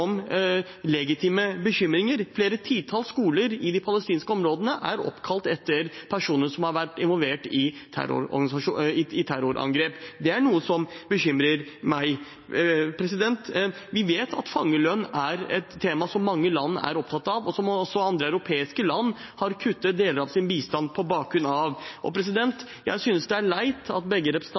legitime bekymringer. Flere titalls skoler i de palestinske områdene er oppkalt etter personer som har vært involvert i terrorangrep. Det er noe som bekymrer meg. Vi vet at fangelønn er et tema som mange land er opptatt av, og at andre europeiske land har kuttet deler av sin bistand på bakgrunn av det. Jeg synes det er leit at representantene før meg, fra Arbeiderpartiet og SV, begge